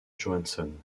johansson